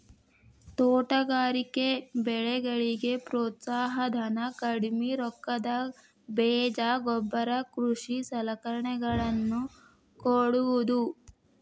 ತೋಟಗಾರಿಕೆ ಬೆಳೆಗಳಿಗೆ ಪ್ರೋತ್ಸಾಹ ಧನ, ಕಡ್ಮಿ ರೊಕ್ಕದಾಗ ಬೇಜ ಗೊಬ್ಬರ ಕೃಷಿ ಸಲಕರಣೆಗಳ ನ್ನು ಕೊಡುವುದು